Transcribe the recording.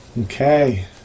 Okay